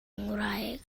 ngwraig